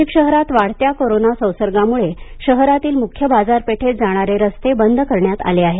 नाशिक शहरात वाढत्या कोरोना संसर्गामुळे शहरातील मुख्य बाजारपेठेत जाणारे रस्ते बंद करण्यात आले आहेत